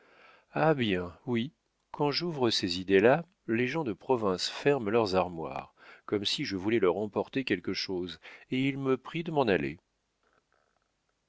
ah bien oui quand j'ouvre ces idées-là les gens de province ferment leurs armoires comme si je voulais leur emporter quelque chose et ils me prient de m'en aller